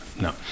no